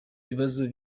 ibibazo